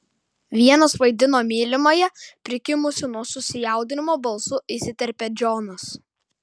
vienas vadino mylimąja prikimusiu nuo susijaudinimo balsu įsiterpia džonas